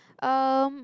um